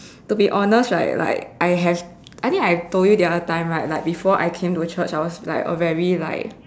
to be honest right like I have I think I told you that other time right like before I came to church I was like a very like